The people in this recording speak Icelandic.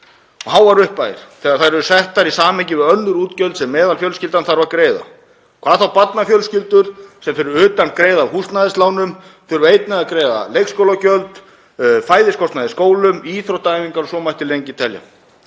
og upphæðir þegar þær eru settar í samhengi við önnur útgjöld sem meðalfjölskylda þarf að greiða, hvað þá barnafjölskyldur sem fyrir utan afborganir af húsnæðislánum þurfa að greiða leikskólagjöld, fæðiskostnað í skólum, íþróttaæfingar og svo mætti lengi telja.